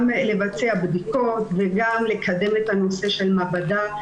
גם לבצע בדיקות וגם לקדם את הנושא של המעבדה,